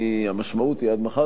המשמעות היא עד מחר.